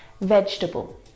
vegetable